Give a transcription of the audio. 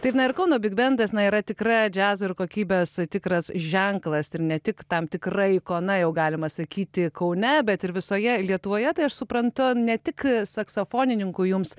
taip na ir kauno bigbendas na yra tikra džiazo ir kokybės tikras ženklas ir ne tik tam tikra ikona jau galima sakyti kaune bet ir visoje lietuvoje tai aš suprantu ne tik saksofonininkų jums